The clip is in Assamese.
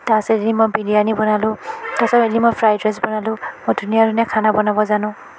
তাৰ পিছত এদিন মই বিৰিয়ানি বনালোঁ তাৰ পিছত এদিন মই ফ্ৰাইড ৰাইছ বনালোঁ মই ধুনীয়া ধুনীয়া খানা বনাব জানো